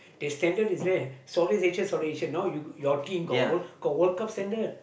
they standard is there Southeast-Asia Southeast-Asia now you your team got team got World-Cup standard